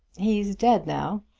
he's dead now.